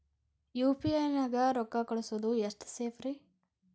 UPI ನ್ಯಾಗ ರೊಕ್ಕ ಕಳಿಸೋದು ಎಷ್ಟ ಸೇಫ್ ರೇ?